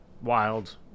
wild